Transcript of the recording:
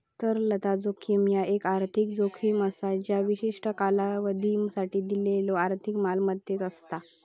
तरलता जोखीम ह्या एक आर्थिक जोखीम असा ज्या विशिष्ट कालावधीसाठी दिलेल्यो आर्थिक मालमत्तेक असता